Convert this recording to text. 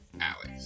Alex